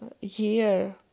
year